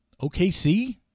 OKC